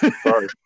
Sorry